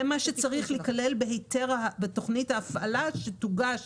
זה מה שצריך להיכלל בתוכנית ההפעלה, שתוגש.